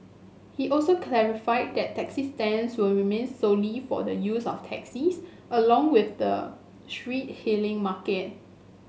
he also clarified that taxi stands will remain solely for the use of taxis along with the street hailing market